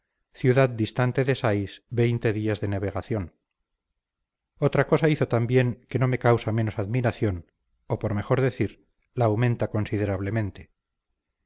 ciudad distante de sais veinte días de navegación otra cosa hizo también que no me causa menos admiración o por mejor decir la aumenta considerablemente